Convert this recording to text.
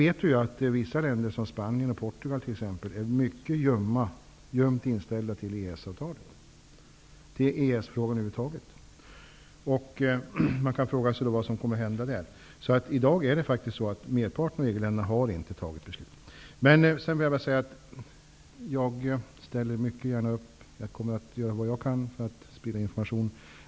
Vissa länder, t.ex. Spanien och Portugal, är mycket ljumt inställda till EES-avtalet och till EES-frågan över huvud taget. Man kan fråga sig vad som kommer att hända där. I dag har alltså merparten av EG-länderna inte fattat beslut. Jag ställer mycket gärna upp och kommer att göra vad jag kan när för att sprida information.